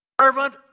servant